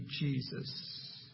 Jesus